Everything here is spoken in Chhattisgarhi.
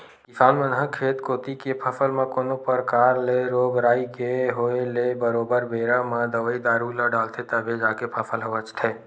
किसान मन ह खेत कोती के फसल म कोनो परकार ले रोग राई के होय ले बरोबर बेरा म दवई दारू ल डालथे तभे जाके फसल ह बचथे